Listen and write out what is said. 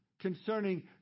concerning